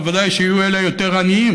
בוודאי שיהיו אלה היותר-עניים.